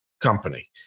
Company